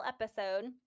episode